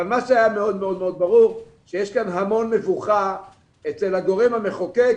מה שהיה שמאוד מאוד ברור זה שיש כאן המון מבוכה אצל הגורם המחוקק,